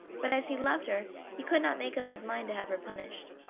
but as he loved her he could not make up his mind to have her punished.